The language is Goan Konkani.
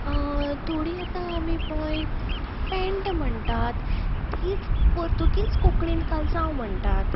थोडी आतां आमी पळय पँट म्हणटात तीच पोर्तुगीज कोंकणींत काल्सांव म्हणटात